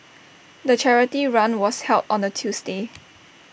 the charity run was held on A Tuesday